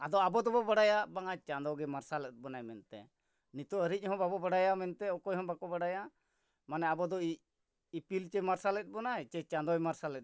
ᱟᱫᱚ ᱟᱵᱚ ᱫᱚᱵᱚ ᱵᱟᱲᱟᱭᱟ ᱵᱟᱝ ᱪᱟᱸᱫᱚ ᱜᱮ ᱢᱟᱨᱥᱟᱞᱮᱫ ᱵᱚᱱᱟᱭ ᱢᱮᱱᱛᱮ ᱱᱤᱛᱚᱜ ᱦᱟᱹᱨᱤᱡ ᱦᱚᱸ ᱵᱟᱵᱚ ᱵᱟᱲᱟᱭᱟ ᱢᱮᱱᱛᱮ ᱚᱠᱚᱭ ᱦᱚᱸ ᱵᱟᱠᱚ ᱵᱟᱲᱟᱭᱟ ᱢᱟᱱᱮ ᱟᱵᱚ ᱫᱚ ᱤᱯᱤᱞ ᱪᱮ ᱢᱟᱨᱥᱟᱞᱮᱫ ᱵᱚᱱᱟᱭ ᱪᱮ ᱪᱟᱸᱫᱚᱭ ᱢᱟᱨᱥᱟᱞᱮᱫ ᱵᱚᱱᱟ